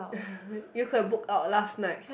you could have booked out last night